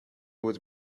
would